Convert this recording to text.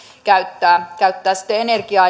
käyttää käyttää sitten energiaa